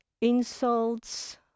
insults